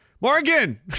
Morgan